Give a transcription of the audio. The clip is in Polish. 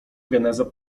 geneza